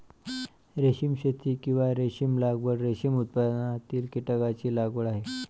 रेशीम शेती, किंवा रेशीम लागवड, रेशीम उत्पादनातील कीटकांची लागवड आहे